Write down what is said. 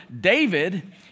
David